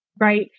right